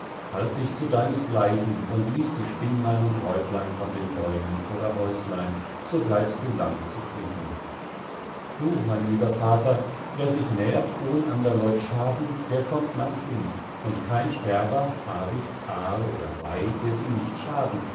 halt dich zu deinesgleichen und lies die spinnlein und räuplein von den bäumen oder häuslein so bleibst du lang zufrieden du mein lieber vater wer sich nährt ohn ander leut schaden der kommt lang hin und kein sperber habicht aar oder weih wird ihm nicht schaden